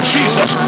Jesus